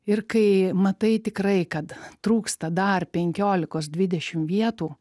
ir kai matai tikrai kad trūksta dar penkiolikos dvidešimt vietų